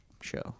show